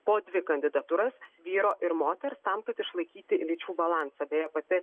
po dvi kandidatūras vyro ir moters tam kad išlaikyti lyčių balansą beje pati